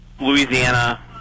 Louisiana